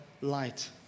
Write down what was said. light